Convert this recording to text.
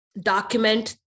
document